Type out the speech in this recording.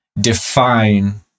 define